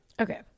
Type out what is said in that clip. Okay